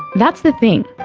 that's the thing.